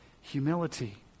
humility